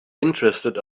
interested